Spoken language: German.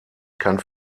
kann